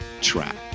trap